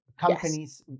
companies